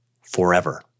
forever